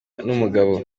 n’umugabo